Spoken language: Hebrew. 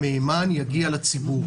המהימן יגיע לציבור.